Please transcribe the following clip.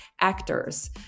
actors